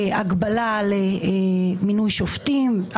הגבלה על מינוי שופטים,